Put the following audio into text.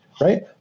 right